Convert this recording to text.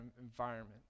environment